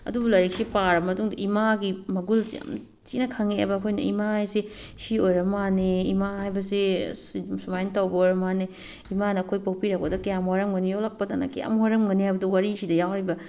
ꯑꯗꯨꯕꯨ ꯂꯥꯏꯔꯤꯛꯁꯦ ꯄꯥꯔꯕ ꯃꯇꯨꯡꯗꯗꯤ ꯏꯃꯥꯒꯤ ꯃꯒꯨꯜꯁꯦ ꯌꯥꯝ ꯊꯤꯅ ꯈꯪꯉꯛꯑꯦꯕ ꯑꯩꯈꯣꯏꯅ ꯏꯃꯥ ꯍꯥꯏꯁꯦ ꯁꯤ ꯑꯣꯏꯔꯃꯥꯜꯂꯦ ꯏꯃꯥ ꯍꯥꯏꯕꯁꯤ ꯑꯁ ꯁꯨꯃꯥꯏꯅ ꯇꯧꯕ ꯑꯣꯏꯔ ꯃꯥꯜꯂꯦ ꯏꯃꯥꯅ ꯑꯩꯈꯣꯏ ꯄꯣꯛꯄꯤꯔꯛꯄꯗ ꯀꯌꯥꯝ ꯋꯥꯔꯝꯒꯅꯤ ꯌꯣꯛꯂꯛꯄꯗꯅ ꯀꯌꯥꯝ ꯋꯥꯔꯝꯒꯅꯤ ꯍꯥꯏꯕꯗꯨ ꯋꯥꯔꯤꯁꯤꯗ ꯌꯥꯎꯔꯤꯕ